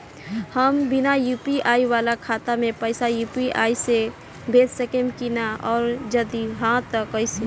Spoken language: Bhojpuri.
हम बिना यू.पी.आई वाला खाता मे पैसा यू.पी.आई से भेज सकेम की ना और जदि हाँ त कईसे?